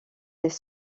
des